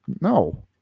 no